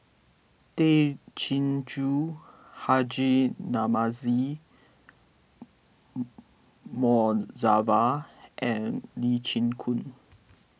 Tay Chin Joo Haji Namazie Mohd Javad and Lee Chin Koon